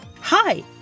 Hi